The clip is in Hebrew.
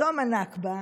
יום הנכבה,